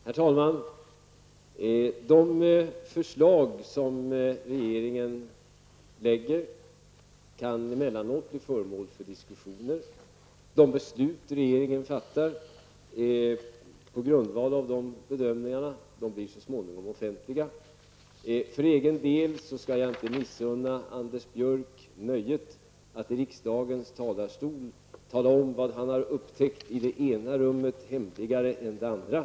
Herr talman! De förslag som regeringen lägger fram kan emellanåt bli föremål för diskussioner. De beslut som regeringen fattar på grundval av bedömningarna blir så småningom offentliga. För egen del skall jag inte missunna Anders Björck nöjet att i riksdagens talarstol berätta om vad han har upptäckt i det ena rummet hemligare än det andra.